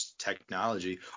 technology